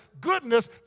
goodness